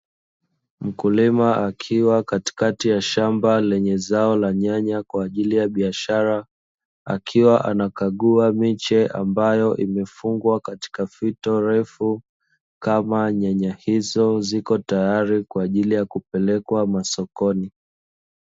Mkulima akiwa katikati ya shamba lenye zao la nyanya kwaajili ya biashara, akiwa anakagua miche ambayo imefungwa katika fito refu kama nyanya hizo ziko tayari kwaajili ya kupelekwa masokoni.